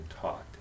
taught